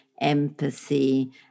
empathy